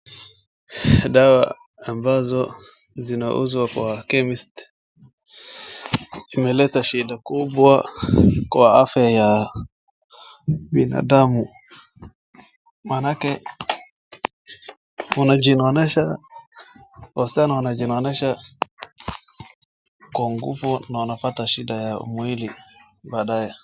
Dawa ambazo zinauzwa kwa chemist imeleta shida kubwa kwa afya ya binadamu, maanake wanajinonesha, wasichana wanajinonesha kwa nguvu na wanapata shida ya mwili baadaye.